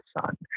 Son